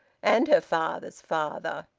and her father's father.